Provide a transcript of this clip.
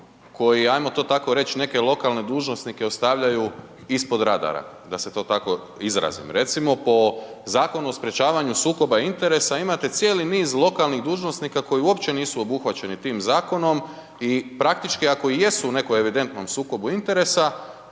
koji ajmo to tako reći, neke lokalne dužnosnike ostavljaju ispod radara, da se to tako izrazim. Recimo, po Zakonu o sprječavanju sukoba interesa, imate cijeli niz lokalnih dužnosnika, koji uopće nisu obuhvaćeni tim zakonom i praktički ako i jesu u nekom evidentnom sukobu interesa,